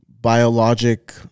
biologic